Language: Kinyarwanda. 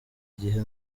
gihe